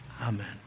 Amen